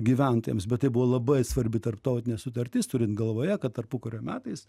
gyventojams bet tai buvo labai svarbi tarptautinė sutartis turint galvoje kad tarpukario metais